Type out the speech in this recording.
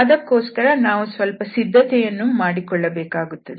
ಅದಕ್ಕೋಸ್ಕರ ನಾವು ಸ್ವಲ್ಪ ಸಿದ್ಧತೆಯನ್ನು ಮಾಡಿಕೊಳ್ಳಬೇಕಾಗುತ್ತದೆ